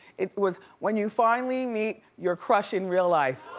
it was, when you finally meet your crush in real life.